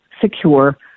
secure